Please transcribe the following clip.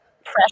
fresh